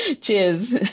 Cheers